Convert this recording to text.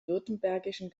württembergischen